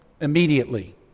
immediately